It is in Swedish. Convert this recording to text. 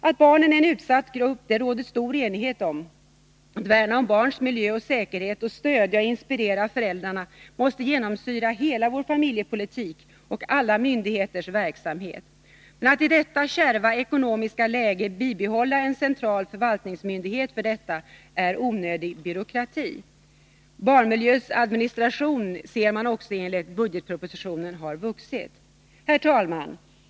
Att barnen är en utsatt grupp råder det stor enighet om. Att värna om barns miljö och säkerhet och att stödja och inspirera föräldrarna måste genomsyra hela vår familjepolitik och alla myndigheters verksamhet. Att i detta kärva ekonomiska läge bibehålla en central förvaltningsmyndighet för detta är onödig byråkrati. Barnmiljörådets administration har också enligt budgetpropositionen vuxit. Herr talman!